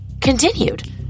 continued